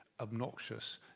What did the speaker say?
obnoxious